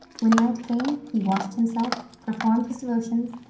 when night came he washed himself, performed his devotions,